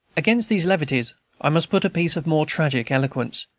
against these levities i must put a piece of more tragic eloquence,